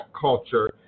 culture